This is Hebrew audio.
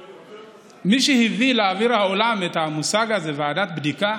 מי שהביא לאוויר העולם את המושג הזה ועדת בדיקה